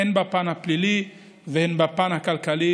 הן בפן הפלילי והן בפן הכלכלי,